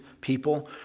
people